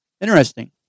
Interesting